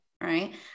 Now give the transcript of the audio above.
right